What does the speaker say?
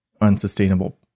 unsustainable